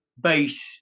base